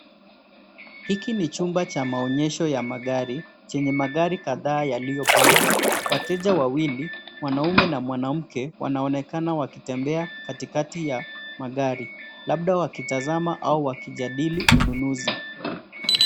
Hiki ni chumba cha maonyesho ya magari chenye magari kadhaa yaliyopangwa, wateja wawili wanaume na mwanamke wanaonekana wakitembea katikati ya magari labda wakitazama au wakijadili ununuzi.